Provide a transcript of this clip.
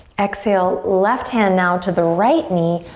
exhale, left hand now to the right knee,